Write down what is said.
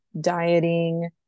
dieting